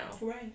Right